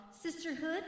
Sisterhood